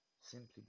Simply